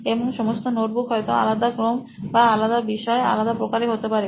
এবং সমস্ত নোটবুক হয়তো আলাদা ক্রোম বা আলাদা বিষয় আলাদা প্রকারের হতে পারে